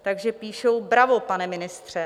Takže píšou: Bravo, pane ministře!